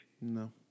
No